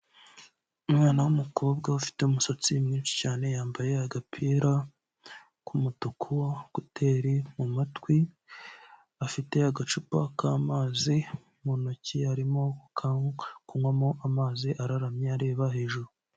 Umwana w'umukobwa ufite umusatsi mwinshi cyane, yambaye agapira k'umutuku, kuteri mu matwi, afite agacupa k'amazi mu ntoki, arimo kunywamo amazi, araramye areba hejuru.